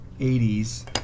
80s